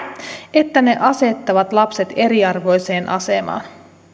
että ne asettavat lapset eriarvoiseen asemaan